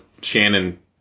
Shannon